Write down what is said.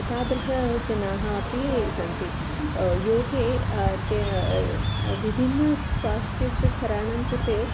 तादृशाः जनाः अपि सन्ति योगे ते विभिन्नस्वास्थ्यस्य स्तराणां कृते